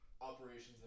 Operations